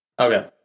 Okay